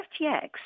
FTX